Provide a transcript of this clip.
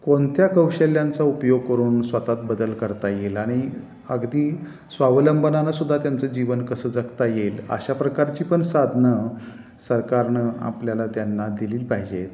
कोणत्या कौशल्यांचा उपयोग करून स्वतःत बदल करता येईल आणि अगदी स्वावलंबनानंसुद्धा त्यांचं जीवन कसं जगता येईल अशा प्रकारची पण साधनं सरकारनं आपल्याला त्यांना दिली पाहिजेत